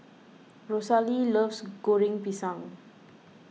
Rosalee loves Goreng Pisang